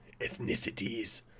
ethnicities